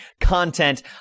content